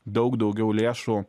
daug daugiau lėšų